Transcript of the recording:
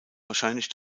wahrscheinlich